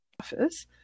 office